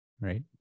right